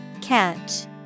Catch